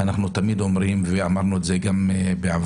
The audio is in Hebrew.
אנחנו תמיד אומרים, ואמרנו גם בעבר,